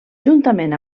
juntament